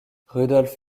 rudolf